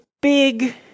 big